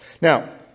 Now